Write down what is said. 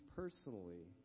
personally